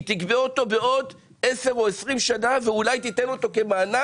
היא תגבה אותו בעוד 10 או 20 שנה ואולי היא תיתן אותו כמענק,